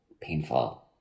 painful